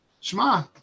Shema